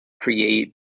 create